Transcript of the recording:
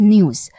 News